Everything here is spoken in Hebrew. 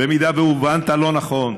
אם הובנת לא נכון,